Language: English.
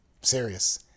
Serious